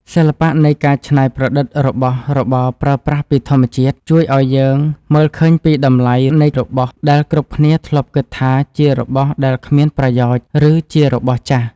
សិល្បៈនៃការច្នៃប្រឌិតរបស់របរប្រើប្រាស់ពីធម្មជាតិ ជួយឱ្យយើងមើលឃើញពីតម្លៃនៃរបស់ដែលគ្រប់គ្នាធ្លាប់គិតថាជារបស់ដែលគ្មានប្រយោជន៍ ឬ ជារបស់ចាស់។